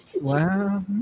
Wow